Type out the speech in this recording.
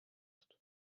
ist